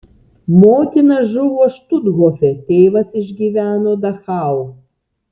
motina žuvo štuthofe tėvas išgyveno dachau